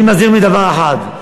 אני מזהיר מדבר אחד: